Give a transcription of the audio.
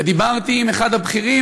ודיברתי עם אחד הבכירים,